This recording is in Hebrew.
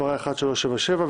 שמספרה מ/1377,